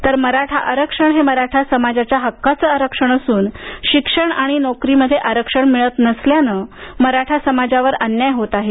तर मराठा आरक्षण हे मराठा समाजाच्या हक्काचं आरक्षण असून शिक्षण आणि नोकरीमध्ये आरक्षण मिळत नसल्यानं मराठा समाजावर अन्याय होत आहे